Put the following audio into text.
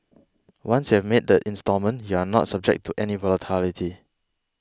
once you have made the instalment you are not subject to any volatility